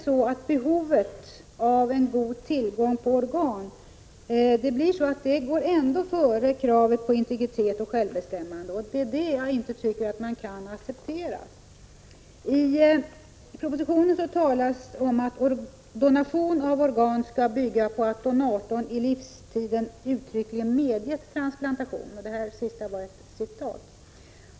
Men behovet av god tillgång på organ går ändå före kravet på integritet och självbestämmande, och det tycker jag inte att man kan acceptera. I propositionen sägs att donation av organ skall bygga på att ”den avlidne under sin livstid skriftligen medgett detta”.